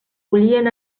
bullien